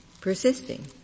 persisting